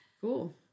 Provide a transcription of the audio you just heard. cool